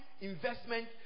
investment